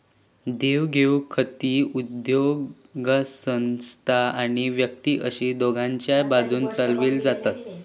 देवघेव खाती उद्योगसंस्था आणि व्यक्ती अशी दोघांच्याय बाजून चलवली जातत